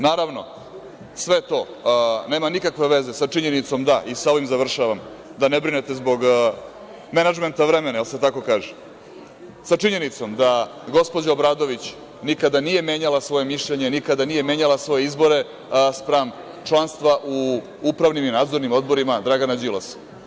Naravno, sve to nema nikakve veze, i sa ovim završavam, da ne brinete zbog menadžmenta vremena, jel se tako kaže, sa činjenicom da gospođa Obradović nikada nije menjala svoje mišljenje, nikada nije menjala svoje izbore spram članstva u upravnim i nadzornim odborima Dragana Đilasa.